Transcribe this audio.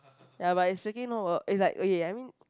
ya but it's freaking no work it's like ya I mean